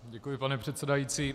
Děkuji, pane předsedající.